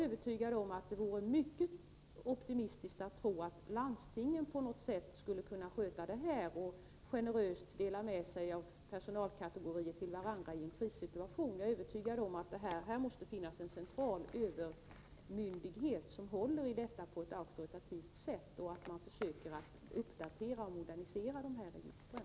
Det är mycket optimistiskt att tro att landstingen på något sätt skulle kunna sköta detta och generöst dela med sig av personal av olika kategorier till varandra i en krigssituation. Jag är övertygad om att det här måste finnas en central övermyndighet som håller i detta på ett auktoritativt sätt och uppdaterar och moderniserar dessa register.